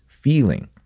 feeling